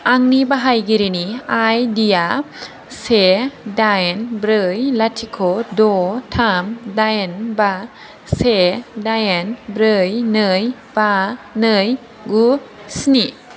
आंनि बाहायगिरिनि आइडिया से दाइन ब्रै लाथिख' द' थाम दाइन बा से दाइन ब्रै नै बा नै गु स्नि